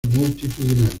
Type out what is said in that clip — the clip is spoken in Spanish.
multitudinario